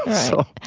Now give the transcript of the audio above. so,